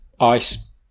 Ice